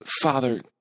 Father